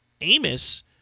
Amos